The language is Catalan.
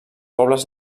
pobles